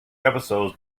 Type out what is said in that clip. episodes